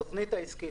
התוכנית העסקית,